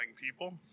people